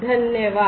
धन्यवाद